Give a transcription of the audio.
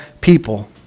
people